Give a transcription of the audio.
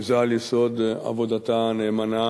זה על יסוד עבודתה הנאמנה